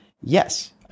Yes